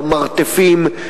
במרתפים,